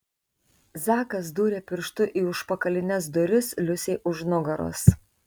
zakas dūrė pirštu į užpakalines duris liusei už nugaros